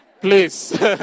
Please